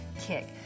kick